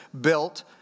built